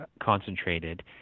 concentrated